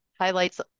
highlights